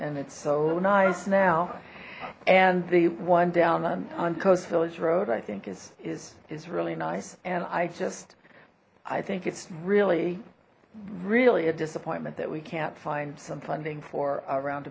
and it's so nice now and the one down on coast village road i think is is is really nice and i just i think it's really really a disappointment that we can't find some funding for around